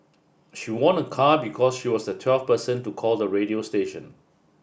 she won a car because she was the twelfth person to call the radio station